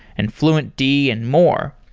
and fluentd, and more.